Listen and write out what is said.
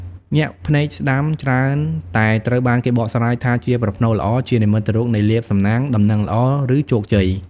ញាក់ភ្នែកស្តាំ ច្រើនតែត្រូវបានគេបកស្រាយថាជាប្រផ្នូល ល្អ ជានិមិត្តរូបនៃលាភសំណាង ដំណឹងល្អ ឬជោគជ័យ។